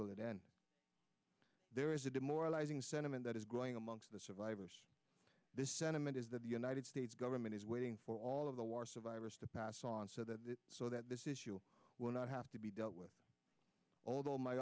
it end there is a demoralizing sentiment that is growing amongst the survivors this sentiment is that the united states government is waiting for all of the war survivors to pass on so that so that this issue will not have to be dealt with although my